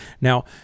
Now